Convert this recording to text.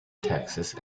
texas